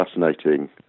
fascinating